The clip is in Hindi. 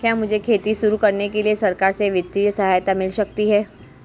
क्या मुझे खेती शुरू करने के लिए सरकार से वित्तीय सहायता मिल सकती है?